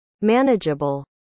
manageable